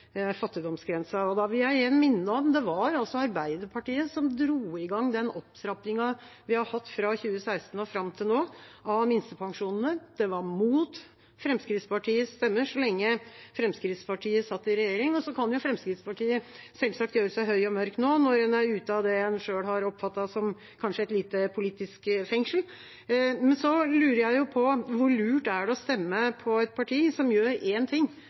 fattigdomsgrensa. Da vil jeg igjen minne om at det var altså Arbeiderpartiet som dro i gang den opptrappingen vi har hatt fra 2016 og fram til nå av minstepensjonene. Det var mot Fremskrittspartiets stemmer så lenge Fremskrittspartiet satt i regjering. Og så kan jo Fremskrittspartiet selvsagt gjøre seg høy og mørk nå, når en er ute av det en selv har oppfattet som kanskje et lite politisk fengsel. Men så lurer jeg på: Hvor lurt er det å stemme på et parti som gjør én ting